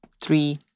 three